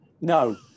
No